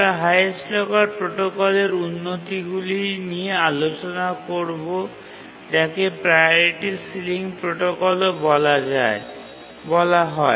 আমরা highest locker প্রোটোকলের উন্নতিগুলি নিয়ে আলোচনা করব যাকে প্রাওরিটি সিলিং প্রোটোকলও বলা হয়